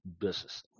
business